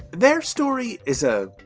their story is a,